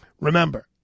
Remember